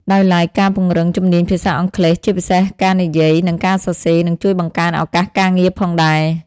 ដោយឡែកការពង្រឹងជំនាញភាសាអង់គ្លេស ជាពិសេសការនិយាយ និងការសរសេរ នឹងជួយបង្កើនឱកាសការងារផងដែរ។